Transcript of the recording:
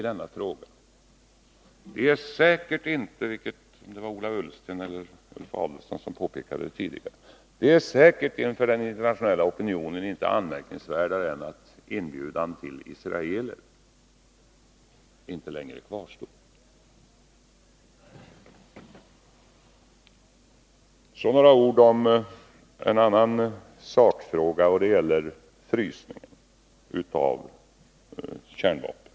Det är säkert inte mer anmärkningsvärt inför den internationella opinionen än att inbjudan till israeler inte längre kvarstår, vilket Ola Ullsten eller Ulf Adelsohn tidigare påpekade. Därefter några ord om frysningen av kärnvapen.